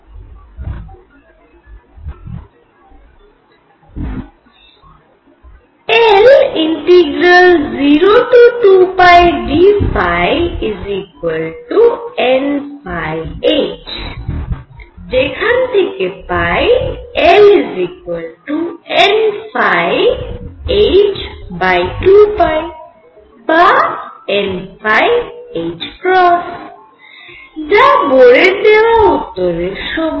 L02πdϕ nh যেখান থেকে পাই L nh2π বা n যা বোরের দেওয়া উত্তরের সমান